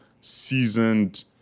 seasoned